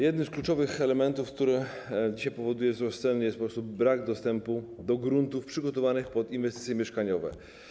Jednym z kluczowych elementów, które dzisiaj powodują wzrost cen, jest po prostu brak dostępu do gruntów przygotowanych pod inwestycje mieszkaniowe.